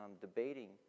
debating